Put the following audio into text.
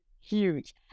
huge